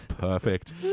perfect